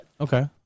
Okay